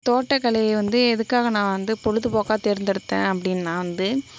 தோட்டக்கலையை வந்து எதுக்காக நான் வந்து பொழுதுபோக்காக தேர்ந்தெடுத்தேன் அப்படின்னா வந்து